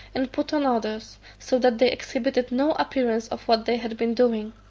and put on others so that they exhibited no appearance of what they had been doing.